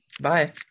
bye